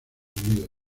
unidos